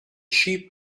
sheep